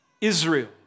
Israel